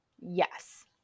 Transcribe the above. Yes